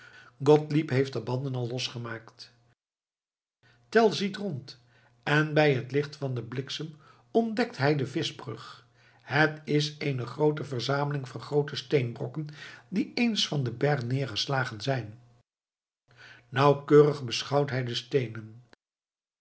gottlieb heeft de banden al losgemaakt tell ziet rond en bij het licht van den bliksem ontdekt hij de vischbrug het is eene groote verzameling van groote steenbrokken die eens van den berg neergeslagen zijn nauwkeurig beschouwt hij die steenen